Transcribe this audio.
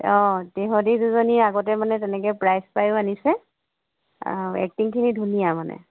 অঁ সিহঁত দুজনী আগতে মানে তেনেকৈ প্ৰাইজ পায়ো আনিছে এক্টিং খিনি ধুনীয়া মানে